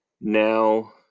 now